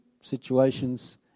situations